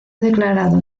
declarado